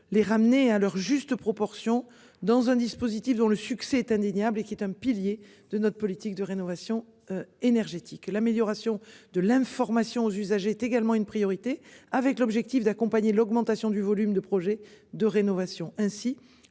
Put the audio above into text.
les ramener à leurs justes proportions dans un dispositif dont le succès est indéniable et qui est un pilier de notre politique de rénovation énergétique. L'amélioration de l'information aux usagers est également une priorité avec l'objectif d'accompagner l'augmentation du volume de projets de rénovation